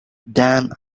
damned